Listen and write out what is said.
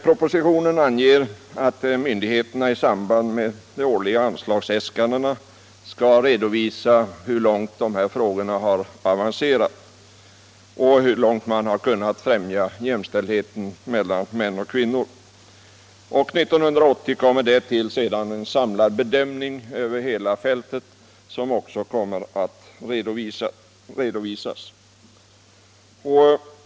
Propositionen anger att myndigheterna i samband med de årliga anslagsäskandena skall redovisa hur långt dessa frågor har avancerat och hur långt man har kunnat främja jämställdheten mellan män och kvinnor. 1980 kommer det till en samlad bedömning över hela fältet, som också kommer att redovisas.